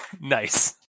nice